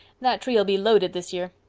that tree'll be loaded this year.